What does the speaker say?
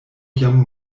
jam